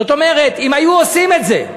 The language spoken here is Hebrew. זאת אומרת, אם היו עושים את זה,